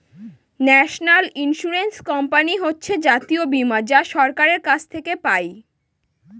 national insurance company হচ্ছে জাতীয় বীমা যা সরকারের কাছ থেকে পাই